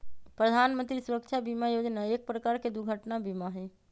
प्रधान मंत्री सुरक्षा बीमा योजना एक प्रकार के दुर्घटना बीमा हई